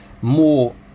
more